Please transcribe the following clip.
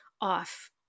off